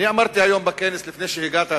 אמרתי היום בכנס לפני שהגעת,